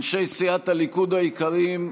אנשי סיעת הליכוד היקרים,